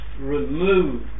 Remove